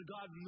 God